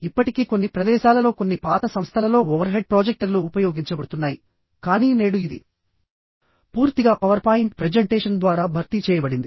ఇప్పటికీ కొన్ని ప్రదేశాలలో కొన్ని పాత సంస్థలలో ఓవర్హెడ్ ప్రొజెక్టర్లు ఉపయోగించబడుతున్నాయి కానీ నేడు ఇది పూర్తిగా పవర్ పాయింట్ ప్రెజెంటేషన్ ద్వారా భర్తీ చేయబడింది